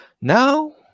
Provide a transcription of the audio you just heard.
Now